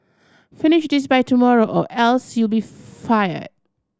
finish this by tomorrow or else you'll be fired